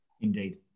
Indeed